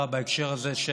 הוא יצא למטה המאבק.